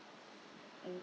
mm